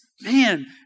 man